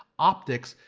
optics,